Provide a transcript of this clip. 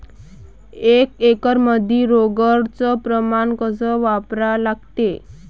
एक एकरमंदी रोगर च प्रमान कस वापरा लागते?